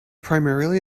primarily